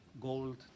gold